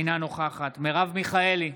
אינה נוכחת מרב מיכאלי,